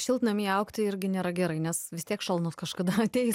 šiltnamyje augti irgi nėra gerai nes vis tiek šalnos kažkada ateis